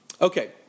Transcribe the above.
Okay